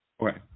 Okay